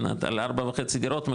על ארבע וחצי דירות,